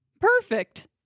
perfect